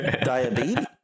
Diabetes